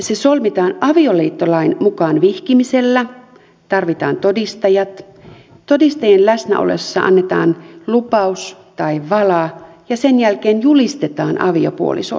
avioliitto solmitaan avioliittolain mukaan vihkimisellä tarvitaan todistajat todistajien läsnä ollessa annetaan lupaus tai vala ja sen jälkeen julistetaan aviopuolisoiksi